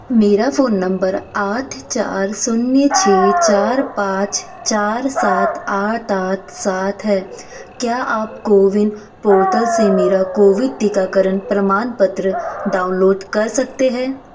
मेरा phone number आठ चार शून्य छः चार पाँच चार सात आठ आठ सात है क्या आप कोविन पोर्टल से मेरा कोविड टीकाकरण प्रमाणपत्र दाउनलोद कर सकते हैं